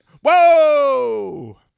Whoa